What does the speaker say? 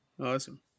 Awesome